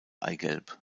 eigelb